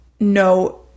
no